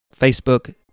facebook